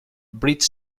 bridge